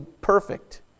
perfect